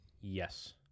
Yes